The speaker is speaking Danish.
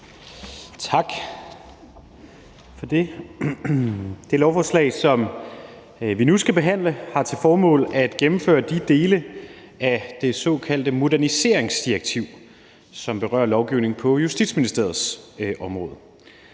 Tak for det. Det lovforslag, som vi nu skal behandle, har til formål at gennemføre de dele af det såkaldte moderniseringsdirektiv, som berører lovgivning på Justitsministeriets område.